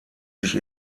sich